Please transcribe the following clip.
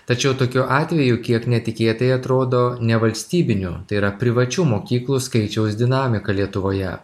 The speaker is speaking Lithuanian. tačiau tokiu atveju kiek netikėtai atrodo nevalstybinių tai yra privačių mokyklų skaičiaus dinamika lietuvoje